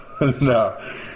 no